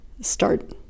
start